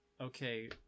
okay